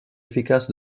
efficace